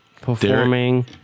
Performing